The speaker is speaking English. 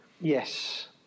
Yes